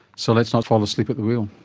so let's not fall asleep at the wheel.